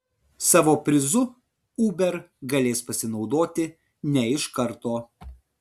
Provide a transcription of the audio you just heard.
savo prizu uber galės pasinaudoti ne iš karto